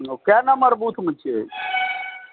कय नम्बर बुथमे छियै